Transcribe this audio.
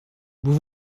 vous